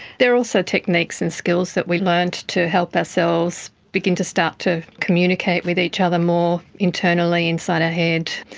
there are also techniques and skills that we learn to to help ourselves begin to start to communicate with each other more internally inside our head.